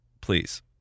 Please